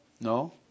No